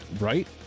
Right